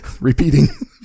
repeating